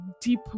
deep